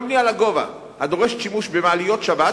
גם בנייה לגובה, הדורשת שימוש במעליות שבת,